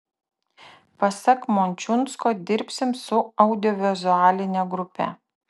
pasak mončiunsko dirbsim su audiovizualine grupe